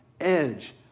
edge